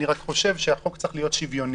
אני רק חושב שהחוק צריך להיות שוויוני,